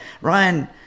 Ryan